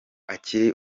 akiri